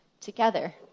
together